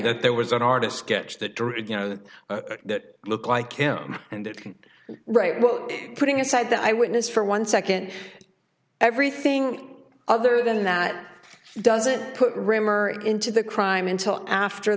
that there was an artist sketch that drew you know that that looked like him and it right well putting aside the eyewitness for one second everything other than that doesn't put rimmer into the crime until after